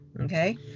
okay